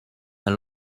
een